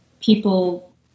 people